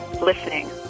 listening